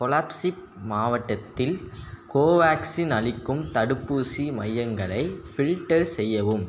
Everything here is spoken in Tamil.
கொலாப்சிப் மாவட்டத்தில் கோவேக்ஸின் அளிக்கும் தடுப்பூசி மையங்களை ஃபில்டர் செய்யவும்